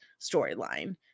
storyline